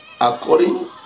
according